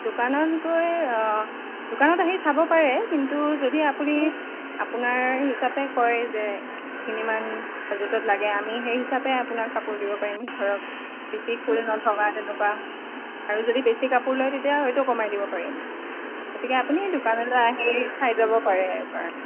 দোকানত গৈ দোকানত আহি চাব পাৰে কিন্তু যদি আপুনি আপোনাৰ হিচাপে কৰে যে এইখিনিমান বাজেটত লাগে আমি সেই হিচাপে আপোনাক কাপোৰ দিব পাৰিম ধৰক বেছি ফুল নথকা তেনেকুৱা আৰু যদি বেছি কাপোৰ লয় তেতিয়া হয়টো কমাই দিৱ পাৰিম গতিকে আপুনি দোকানলৈ আহি চাই যাব পাৰে এবাৰ